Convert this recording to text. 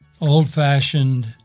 old-fashioned